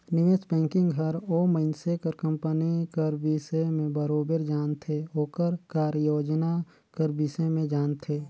निवेस बैंकिंग हर ओ मइनसे कर कंपनी कर बिसे में बरोबेर जानथे ओकर कारयोजना कर बिसे में जानथे